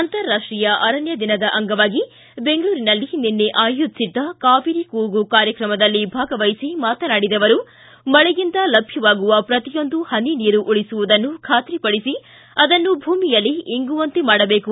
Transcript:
ಅಂತಾರಾಷ್ಷೀಯ ಅರಣ್ಯ ದಿನದ ಅಂಗವಾಗಿ ಬೆಂಗಳೂರಿನಲ್ಲಿ ನಿನ್ನೆ ಆಯೋಜಿಸಿದ್ದ ಕಾವೇರಿ ಕೂಗು ಕಾರ್ಯಕ್ರಮದಲ್ಲಿ ಭಾಗವಹಿಸಿ ಮಾತನಾಡಿದ ಅವರು ಮಳೆಯಿಂದ ಲಭ್ಯವಾಗುವ ಪ್ರತಿಯೊಂದು ಪನಿ ನೀರು ಉಳಿಸುವುದನ್ನು ಖಾತಿಪಡಿಸಿ ಅದನ್ನು ಭೂಮಿಯಲ್ಲಿ ಇಂಗುವಂತೆ ಮಾಡಬೇಕು